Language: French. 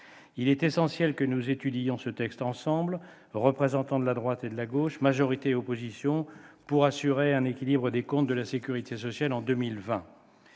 Il est essentiel que nous étudiions ce texte ensemble, représentants de la droite et de la gauche, majorité et opposition, pour assurer un équilibre des comptes de la sécurité sociale d'ici à 2020.